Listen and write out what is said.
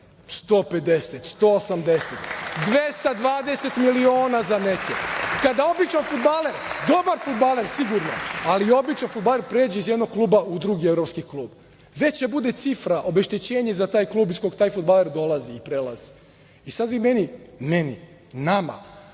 evra, 220 miliona evra za neke. Kada običan fudbaler, dobar fudbaler sigurno, ali običan fudbaler pređe iz jednog kluba u drugi evropski klub veća bude cifra obeštećenje za taj klub iz kog taj fudbaler dolazi i prelazi i sada vi nama, građanima,